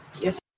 Yes